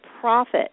profit